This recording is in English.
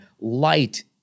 Light